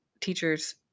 teachers